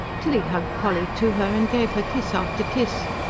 tilly hugged polly to her, and gave her kiss after kiss.